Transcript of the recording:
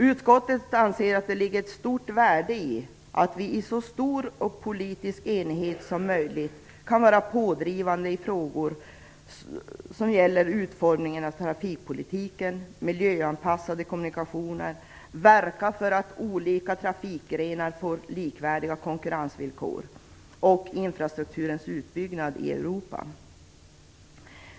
Utskottet anser att det ligger ett stort värde i att vi i så stor politisk enighet som möjligt kan vara pådrivande i frågor som gäller utformningen av trafikpolitiken, miljöanpassade kommunikationer, strävandet efter likvärdiga konkurrensvillkor för olika trafikgrenar och infrastrukturens utbyggnad i Europa.